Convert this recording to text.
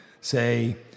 say